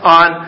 on